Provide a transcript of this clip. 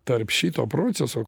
tarp šito proceso